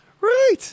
right